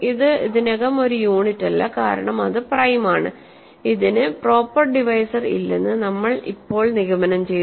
ഇത് ഇതിനകം ഒരു യൂണിറ്റല്ല കാരണം അത് പ്രൈം ആണ് ഇതിന് പ്രോപ്പർ ഡിവൈസർ ഇല്ലെന്ന് നമ്മൾ ഇപ്പോൾ നിഗമനം ചെയ്തു